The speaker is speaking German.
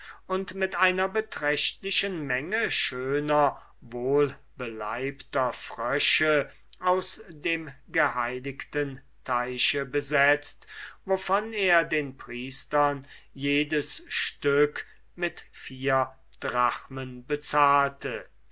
und mit einer beträchtlichen menge schöner wohlbeleibter frösche aus dem geheiligten teich besetzt wovon er den priestern jedes stück mit vier drachmen bezahlte